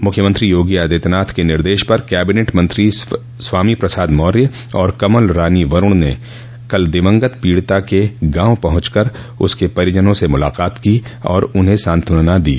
मुख्यमंत्री योगी आदित्यनाथ के निर्देश पर कैबिनेट मंत्री स्वामी प्रसाद मौर्य और कमल रानी वरूण ने कल दिवंगत पीड़िता के गांव पहुंच कर उसके परिजनों से मुलाकात की और उन्हें सांत्वना दी